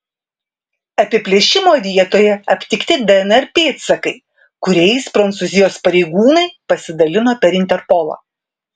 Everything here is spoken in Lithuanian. apiplėšimo vietoje aptikti dnr pėdsakai kuriais prancūzijos pareigūnai pasidalino per interpolą